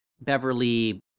Beverly